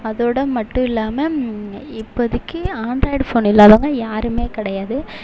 அதோடு மட்டும் இல்லாமல் இப்போதைக்கு ஆண்ட்ராய்டு ஃபோன் இல்லாதவங்க யாரும் கிடையாது